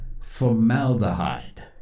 formaldehyde